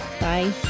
Bye